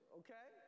okay